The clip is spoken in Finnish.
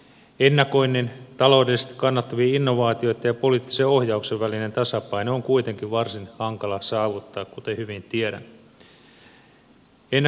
ennakoinnin taloudellisesti kannattavien innovaatioitten ja poliittisen ohjauksen välinen tasapaino on kuitenkin varsin hankala saavuttaa kuten hyvin tiedämme